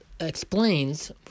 Explains